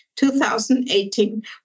2018